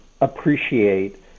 appreciate